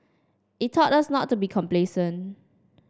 it taught us not to be complacent